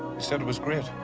said it was great.